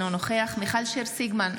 אינו נוכח מיכל שיר סגמן,